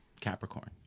Capricorn